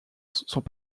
sont